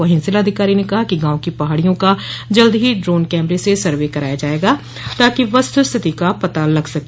वहीं जिलाधिकारी ने कहा कि गांव की पहाड़ियों का जल्द ही ड्रोन कैमरे से सर्वे कराया जाएगा ताकि वस्तुस्थिति का पता लग सके